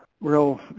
real